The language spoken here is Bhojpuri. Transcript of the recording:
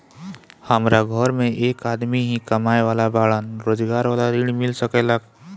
हमरा घर में एक आदमी ही कमाए वाला बाड़न रोजगार वाला ऋण मिल सके ला?